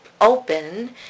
open